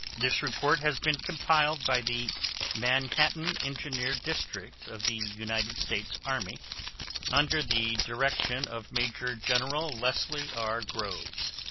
this report has been compiled by the manhattan engineer district of the united states army under the direction of major general leslie r. groves.